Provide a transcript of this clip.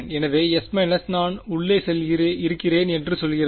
எனவே S− நான் உள்ளே இருக்கிறேன் என்று சொல்கிறது